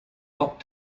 top